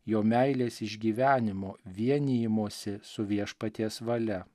jo meilės išgyvenimo vienijimosi su viešpaties valia